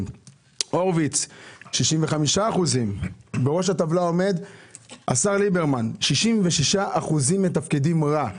הורוביץ 65%. בראש הטבלה עומד השר ליברמן 66% אומרים שהוא מתפקד רע.